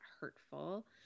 hurtful